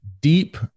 deep